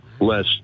less